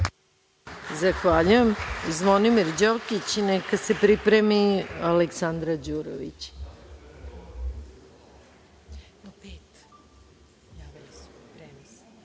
Zahvaljujem. Zvonimir Đokić, a neka se pripremi Aleksandra Đurović.